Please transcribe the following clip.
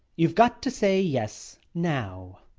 you've got to say yes now.